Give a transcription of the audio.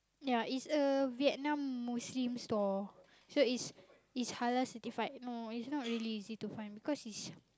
ya is a Vietnam Muslim store so is is Halal certified no is not really easy to find because is